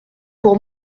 pour